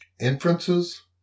Inferences